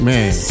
Man